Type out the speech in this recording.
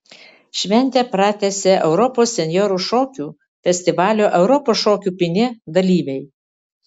šventę pratęsė europos senjorų šokių festivalio europos šokių pynė dalyviai